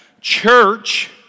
church